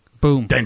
Boom